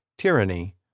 tyranny